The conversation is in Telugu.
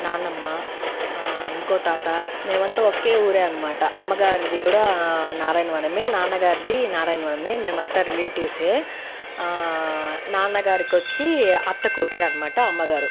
నాన్నమ్మ ఇంకో తాత మేమంతా ఒక్కే ఊరే అనమాట అమ్మగారిది కూడా నారాయణ వనమే నాన్న గారిది నారాయణ వనమే మేమంతా రిలేటివ్సే ఆ నాన్నగారికొచ్చి అత్త కూతురే అనమాట అమ్మగారు